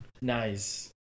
Nice